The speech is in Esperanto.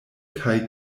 kaj